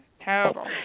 Terrible